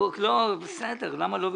למה לא?